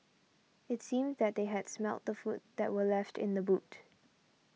it seemed that they had smelt the food that were left in the boot